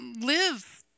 live